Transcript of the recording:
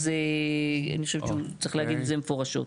אז אני חושבת שצריך להגיד את זה מפורשות.